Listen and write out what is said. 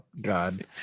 God